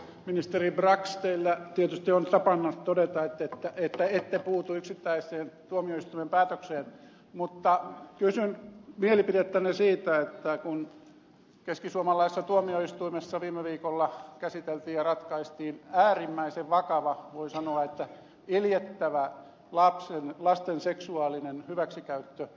ministeri brax teillä tietysti on tapana todeta että ette puutu yksittäiseen tuomioistuimen päätökseen mutta kysyn mielipidettänne siitä kun keskisuomalaisessa tuomioistuimessa viime viikolla käsiteltiin ja ratkaistiin äärimmäisen vakava voi sanoa että iljettävä lasten seksuaalinen hyväksikäyttöjuttu